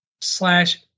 Slash